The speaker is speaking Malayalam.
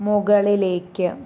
മുകളിലേക്ക്